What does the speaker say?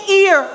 ear